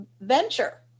venture